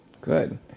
good